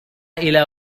إلى